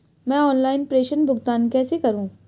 मैं ऑनलाइन प्रेषण भुगतान कैसे करूँ?